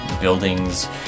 buildings